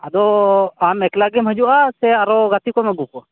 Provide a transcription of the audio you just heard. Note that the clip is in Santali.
ᱟᱫᱚᱻ ᱟᱢ ᱮᱠᱞᱟ ᱜᱮᱢ ᱦᱟ ᱡᱩᱜᱼᱟ ᱥᱮ ᱟᱨᱚ ᱜᱟᱛᱮ ᱠᱚᱢ ᱟ ᱜᱩᱠᱚᱣᱟ